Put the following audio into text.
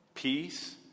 peace